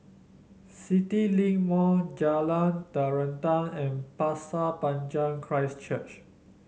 CityLink Mall Jalan Terentang and Pasir Panjang Christ Church